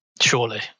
Surely